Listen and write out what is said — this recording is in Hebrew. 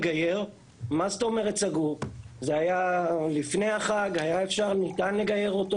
זאת המציאות ואתם לא מוכנים לאמץ את הדעות